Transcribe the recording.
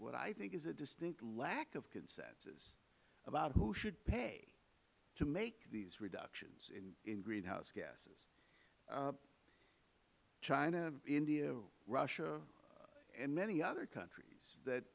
what i think is a distinct lack of consensus about who should pay to make these reductions in greenhouse gases china india russia and many other countries that